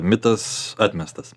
mitas atmestas